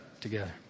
together